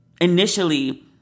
initially